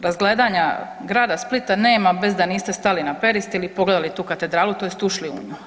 Razgledanja grada Splita nema bez da niste stali na Peristil i pogledali tu katedralu tj. ušli u nju.